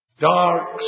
dark